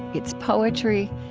its poetry,